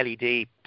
led